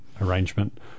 arrangement